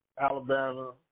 Alabama